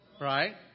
right